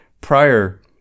prior